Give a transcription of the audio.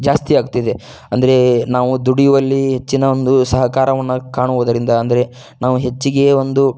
ಜಾಸ್ತಿ ಆಗ್ತಿದೆ ಅಂದರೆ ನಾವು ದುಡಿಯುವಲ್ಲಿ ಹೆಚ್ಚಿನ ಒಂದು ಸಹಕಾರವನ್ನು ಕಾಣುವುದರಿಂದ ಅಂದರೆ ನಾವು ಹೆಚ್ಚಿಗೆ ಒಂದು